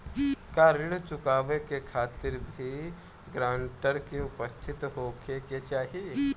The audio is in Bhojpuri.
का ऋण चुकावे के खातिर भी ग्रानटर के उपस्थित होखे के चाही?